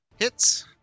Hits